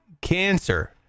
cancer